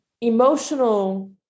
emotional